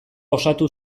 osatu